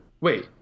wait